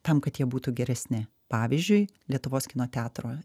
tam kad jie būtų geresni pavyzdžiui lietuvos kino teatro